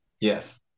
Yes